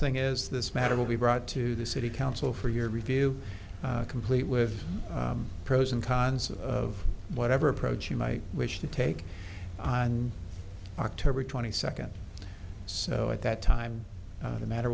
thing is this matter will be brought to the city council for your review complete with pros and cons of whatever approach you might wish to take on october twenty second so at that time the matter